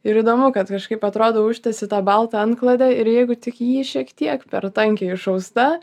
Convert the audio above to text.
ir įdomu kad kažkaip atrodo užtiesi tą baltą antklodę ir jeigu tik ji šiek tiek per tankiai išausta